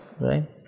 Right